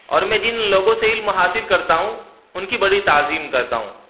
اور میں جن لوگوں سے علم حاصل کرتا ہوں ان کی بڑی تعظیم کرتا ہوں